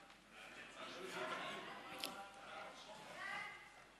ההצעה להעביר את הצעת חוק סדר הדין הפלילי (תיקון מס'